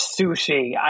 sushi